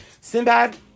Sinbad